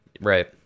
Right